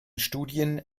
studien